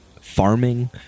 farming